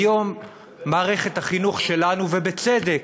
היום מערכת החינוך שלנו, ובצדק,